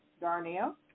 Darnell